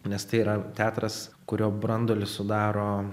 nes tai yra teatras kurio branduolį sudaro